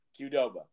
Qdoba